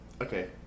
Okay